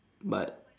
but